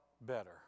better